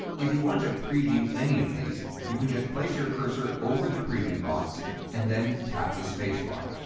if you want to preview any of these, you can just place your cursor over the preview box and then tap the space bar.